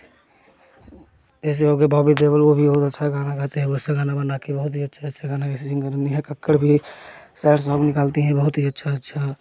जैसे हो गए बॉबी देओल वह भी बहुत अच्छा गाना गाते हैं वैसे गाना बनाकर बहुत ही अच्छा अच्छा गाना जैसे गर्मी है नेहा कक्कड़ भी सैड सोंग निकालती हैं बहुत ही अच्छा अच्छा